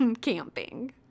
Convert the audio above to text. camping